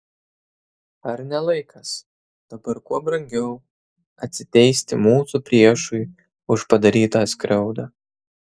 ar ne laikas dabar kuo brangiau atsiteisti mūsų priešui už padarytą skriaudą